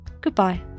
goodbye